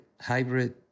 hybrid